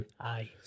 Aye